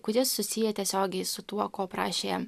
kurie susiję tiesiogiai su tuo ko prašė